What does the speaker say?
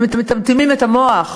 הם מטמטמים את המוח,